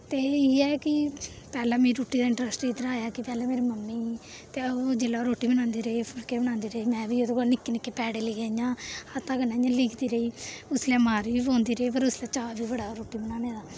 ते इ'यै कि पैह्लें मी रुट्टी दा इंटरस्ट इद्धरा आया कि पैह्लें मेरी मम्मी ही ते ओह् जिल्लै ओह् रोटी बनांदी रेही फुलके बनांदी रेही में बी ओह्दे कोला निक्के निक्के पैड़े लेइयै इ'यां हत्था कन्नै इ'यां लिपदी रेही उसलै मार बी पौंदी रेही पर उसलै चाऽ बी बड़ा हा रुट्टी बनाने दा